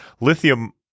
lithium